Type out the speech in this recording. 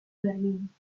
berlín